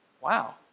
Wow